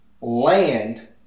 land